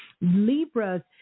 Libras